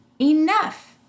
Enough